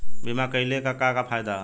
बीमा कइले का का फायदा ह?